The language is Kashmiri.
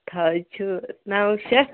اَتھ حظ چھُ نَو شٮ۪تھ